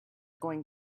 going